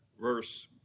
verse